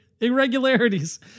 irregularities